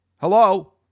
Hello